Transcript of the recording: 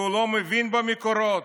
שהוא לא מבין במקורות.